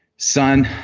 son,